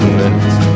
minutes